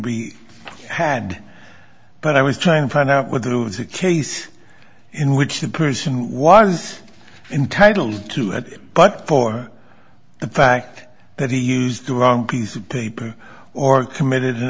be had but i was trying to find out what lose a case in which the person was entitled to it but for the fact that he used a wrong piece of paper or committed an